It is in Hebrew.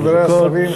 חברי השרים,